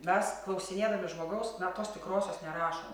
mes klausinėdami žmogaus na tos tikrosios nerašom